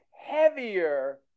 heavier